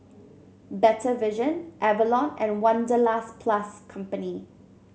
Better Vision Avalon and Wanderlust Plus Company